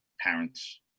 parents